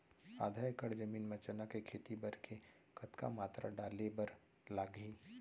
आधा एकड़ जमीन मा चना के खेती बर के कतका मात्रा डाले बर लागही?